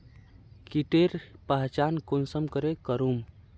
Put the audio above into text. कीटेर पहचान कुंसम करे करूम?